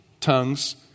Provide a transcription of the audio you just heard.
tongues